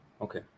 okay